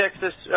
Texas